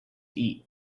eat